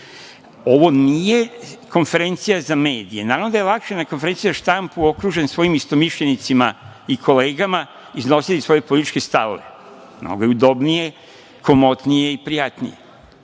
nije konferencija za medije. Naravno da je lakše na konferenciji za štampu, okružen svojim istomišljenicima i kolegama, iznositi svoje političke stavove. Mnogo je udobnije, komotnije i prijatnije,